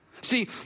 See